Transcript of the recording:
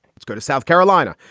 let's go to south carolina.